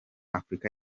afurika